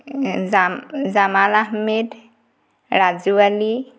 জা জামাল আহমেদ ৰাজু আলী